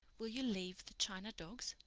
will you leave the china dogs?